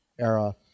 era